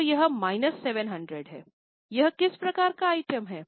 तो यह माइनस 700 है यह किस प्रकार का आइटम है